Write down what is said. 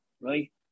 right